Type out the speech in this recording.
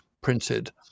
printed